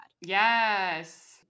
Yes